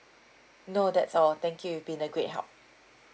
no that's all thank you you've been a great help